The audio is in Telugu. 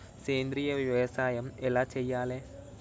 సేంద్రీయ వ్యవసాయం ఎలా చెయ్యాలే?